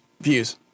Views